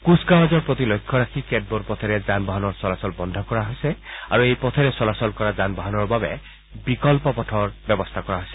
কুচ কাৱাজৰ প্ৰতি লক্ষ্য ৰাখি কেতবোৰ পথেৰে যান বাহনৰ চলাচল বন্ধ কৰা হৈছে আৰু এই পথেৰে চলাচল কৰা যান বাহনৰ বাবে বিকল্প পথৰ ব্যৱস্থা কৰা হৈছে